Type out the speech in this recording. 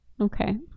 Okay